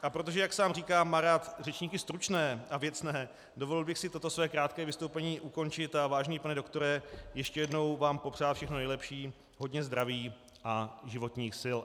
A protože, jak sám říká, má rád řečníky stručné a věcné, dovolil bych si toto své krátké vystoupení ukončit a vážený pane doktore, ještě jednou vám popřát všechno nejlepší, hodně zdraví a životních sil.